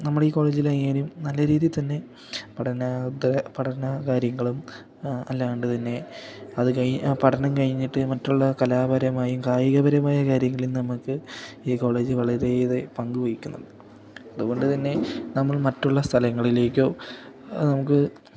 നമ്മുടെ ഈ കോളേജിലായാലും നല്ല രീതിയില്ത്തന്നെ പഠന പഠന കാര്യങ്ങളും അല്ലാണ്ട്തന്നെ പഠനം കഴിഞ്ഞിട്ട് മറ്റുള്ള കലാപരമായും കായികപരമായ കാര്യങ്ങളിലും നമുക്ക് ഈ കോളേജ് വളരെയേറെ പങ്കുവഹിക്കുന്നുണ്ട് അതുകൊണ്ടു തന്നെ നമ്മൾ മറ്റുള്ള സ്ഥലങ്ങളിലേക്കോ നമുക്ക്